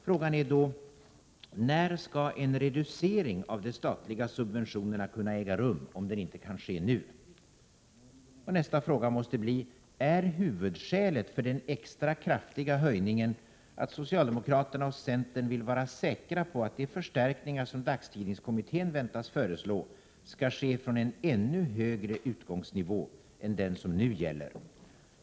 Frågan är då: När skall en reducering av de statliga subventionerna kunna äga rum om den inte kan ske nu? Och nästa fråga måste bli: Är huvudskälet för den extra kraftiga höjningen att socialdemokraterna och centern vill vara säkra på att de förstärkningar som dagstidningskommittén väntas föreslå skall ske från en ännu högre utgångsnivå än den som nu gäller?